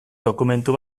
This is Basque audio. dokumentu